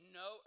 no